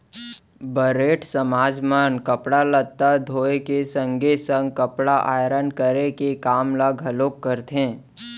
बरेठ समाज मन ह कपड़ा लत्ता धोए के संगे संग कपड़ा आयरन करे के काम ल घलोक करथे